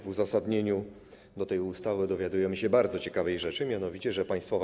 W uzasadnieniu do tej ustawy dowiadujemy się bardzo ciekawej rzeczy, mianowicie: Państwowa